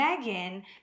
Megan